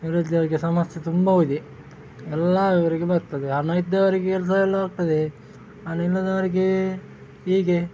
ನಿರುದ್ಯೋಗ ಸಮಸ್ಯೆ ತುಂಬಾ ಇದೆ ಎಲ್ಲ ಇವರಿಗೆ ಬರ್ತದೆ ಹಣ ಇದ್ದವರಿಗೆ ಕೆಲಸ ಎಲ್ಲ ಆಗ್ತದೆ ಹಣ ಇಲ್ಲದವರಿಗೆ ಹೀಗೆ